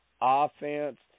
offense